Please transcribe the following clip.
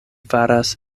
faras